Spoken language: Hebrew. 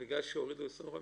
בגלל שהורידו 25%?